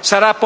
Sarà